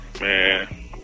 Man